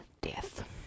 death